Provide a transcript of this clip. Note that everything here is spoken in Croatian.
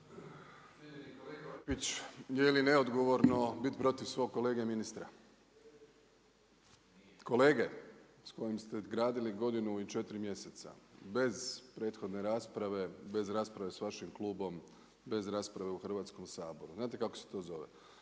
uključen./… neodgovorno bit protiv svog kolege ministra? Kolege s kojim ste gradili godinu i četiri mjeseca bez prethodne rasprave, bez rasprave sa vašim klubom, bez rasprave u Hrvatskom saboru znate kako se to zove?